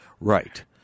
Right